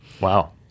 Wow